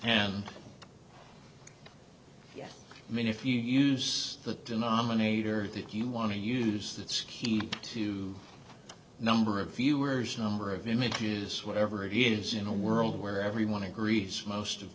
and yes i mean if you use the denominator that you want to use that's key to number of viewers number of images whatever it is in a world where everyone agrees most of